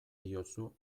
diozu